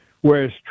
whereas